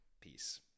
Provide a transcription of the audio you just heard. peace